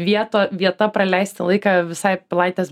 vieta vieta praleisti laiką visai pilaitės